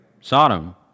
Sodom